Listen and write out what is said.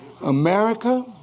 America